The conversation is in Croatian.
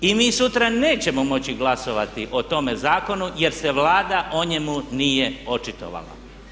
I mi sutra nećemo moći glasovati o tome zakonu jer se Vlada o njemu nije očitovala.